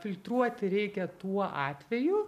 filtruoti reikia tuo atveju